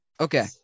Okay